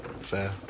Fair